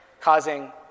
causing